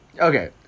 Okay